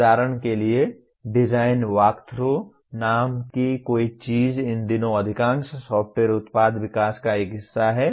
उदाहरण के लिए डिज़ाइन वॉकथ्रू नाम की कोई चीज़ इन दिनों अधिकांश सॉफ़्टवेयर उत्पाद विकास का एक हिस्सा है